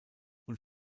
und